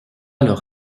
leur